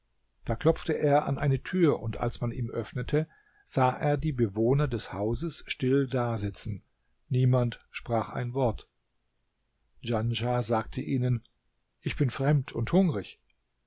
da klopfte er an eine tür und als man ihm öffnete sah er die bewohner des hauses still dasitzen niemand sprach ein wort djanschah sagte ihnen ich bin fremd und hungrig